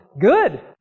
good